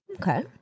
Okay